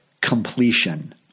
completion